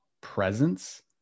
presence